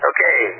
Okay